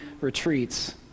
retreats